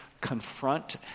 confront